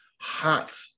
hot